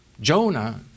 Jonah